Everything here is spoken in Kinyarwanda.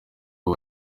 ubu